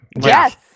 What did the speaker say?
Yes